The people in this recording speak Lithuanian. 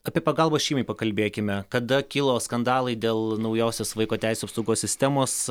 apie pagalbą šeimai pakalbėkime kada kilo skandalai dėl naujausios vaiko teisių apsaugos sistemos